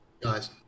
guys